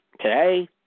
today